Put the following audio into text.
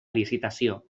licitació